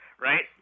right